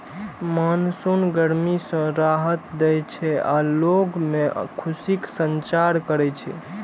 monsoon गर्मी सं राहत दै छै आ लोग मे खुशीक संचार करै छै